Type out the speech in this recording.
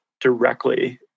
directly